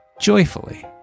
joyfully